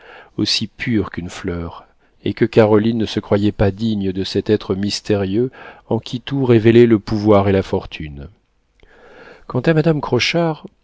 aussi pures qu'une fleur et que caroline ne se croyait pas digne de cet être mystérieux en qui tout révélait le pouvoir et la fortune quant à madame